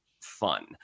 fun